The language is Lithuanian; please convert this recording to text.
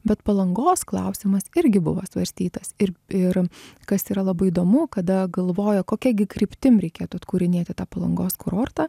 bet palangos klausimas irgi buvo svarstytas ir ir kas yra labai įdomu kada galvoja kokia gi kryptim reikėtų atkūrinėti tą palangos kurortą